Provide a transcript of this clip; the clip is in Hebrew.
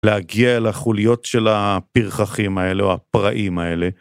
להגיע אל החוליות של הפרחחים האלה או הפראים האלה.